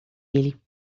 ele